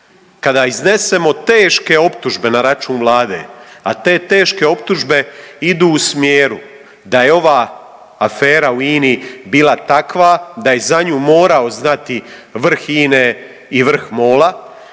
Kada iznesemo teške optužbe na račun Vlade, a te teške optužbe idu u smjeru da je ova afera u INA-i bila takva da je za nju morao znati vrh INA-e i vrh MOL-a,